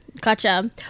Gotcha